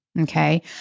Okay